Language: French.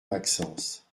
maxence